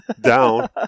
down